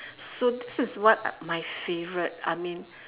so this is what my favourite I mean